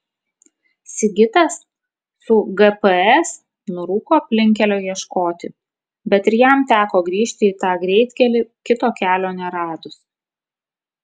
sigitas su gps nurūko aplinkkelio ieškoti bet ir jam teko grįžti į tą greitkelį kito kelio neradus